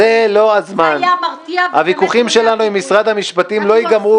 זה היה מרתיע --- הוויכוחים שלנו עם משרד המשפטים לא ייגמרו,